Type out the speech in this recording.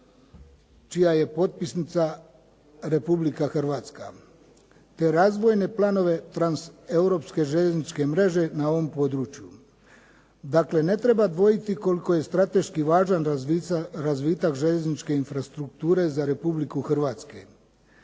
čija je potpisnica Republika Hrvatska te razvojne planove transeuropske željezničke mreže na ovom području. Dakle, ne treba dvojiti koliko je strateški važan razvitak željezničke infrastrukture za Republiku Hrvatsku.